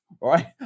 right